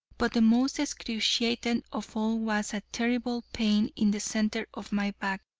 but the most excruciating of all was a terrible pain in the center of my back,